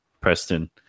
Preston